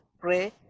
pray